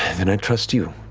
and i trust you.